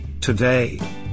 Today